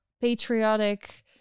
patriotic